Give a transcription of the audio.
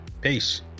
peace